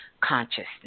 consciousness